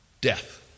death